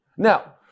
Now